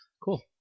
Cool